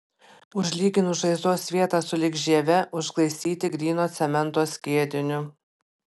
užlyginus žaizdos vietą sulig žieve užglaistyti gryno cemento skiediniu